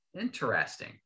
Interesting